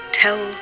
tell